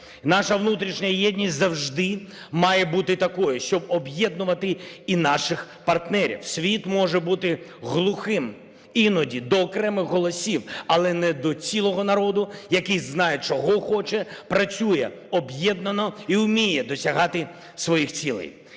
Наша внутрішня єдність завжди має бути такою, щоб об'єднувати і наших партнерів. Світ може бути глухим іноді до окремих голосів, але не до цілого народу, який знає чого хоче, працює об'єднано і вміє досягати своїх цілей.